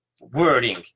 wording